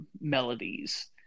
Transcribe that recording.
melodies